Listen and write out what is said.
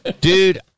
dude